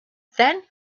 then